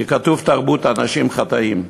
כי כתוב "תרבות אנשים חטאים".